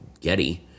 Getty